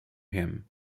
him